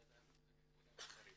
לארגונים אחרים.